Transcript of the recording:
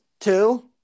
Two